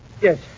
Yes